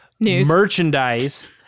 merchandise